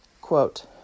Quote